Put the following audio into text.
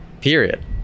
period